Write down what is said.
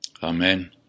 Amen